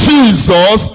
Jesus